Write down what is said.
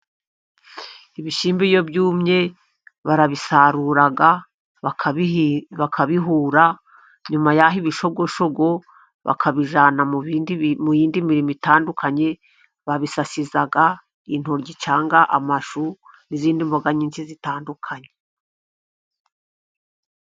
Ibishyimbo iyo byumye barabisarura, bakabihura, nyuma yaho ibishogoshogo bakabijyana mu yindi mirimo itandukanye, babisasiza intoryi cyangwa amashu, n'izindi mboga nyinshi zitandukanye.